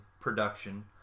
production